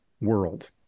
world